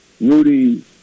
Rudy